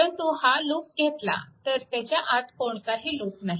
परंतु हा लूप घेतला तर त्याच्या आत कोणताही लूप नाही